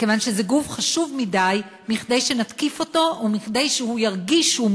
כיוון שזה גוף חשוב מכדי שנתקיף אותו או מכדי שהוא ירגיש שהוא מותקף.